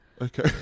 Okay